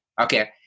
Okay